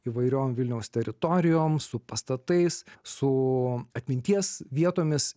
įvairiom vilniaus teritorijom su pastatais su atminties vietomis